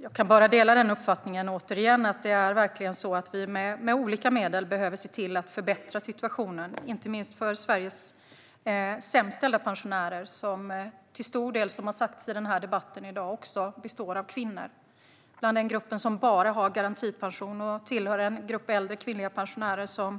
Fru talman! Jag håller med, återigen. Vi behöver verkligen se till att förbättra situationen med olika medel, inte minst för de av Sveriges pensionärer som har det sämst ställt. Det är till stor del kvinnor, vilket också har sagts i debatten i dag. Gruppen som bara har garantipension, ofta en grupp äldre kvinnliga pensionärer som